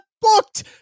booked